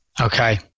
okay